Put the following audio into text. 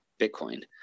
Bitcoin